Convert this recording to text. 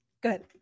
good